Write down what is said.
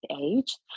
age